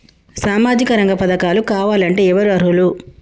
సామాజిక రంగ పథకాలు కావాలంటే ఎవరు అర్హులు?